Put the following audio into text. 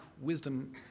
wisdom